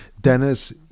Dennis